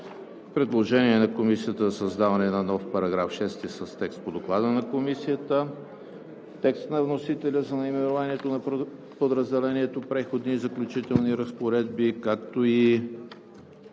предложение на Комисията за създаване на нов § 6 с текст по Доклада на Комисията; текст на вносителя за наименованието на подразделението „Преходни и заключителни разпоредби“, както и